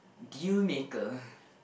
deal maker